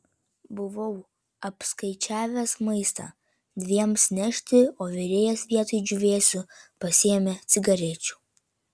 buvau apskaičiavęs maistą dviems nešti o virėjas vietoj džiūvėsių pasiėmė cigarečių